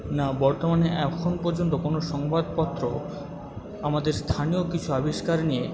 না বর্তমানে এখনও পর্যন্ত কোনো সংবাদপত্র আমাদের স্থানীয় কিছু আবিষ্কার নিয়ে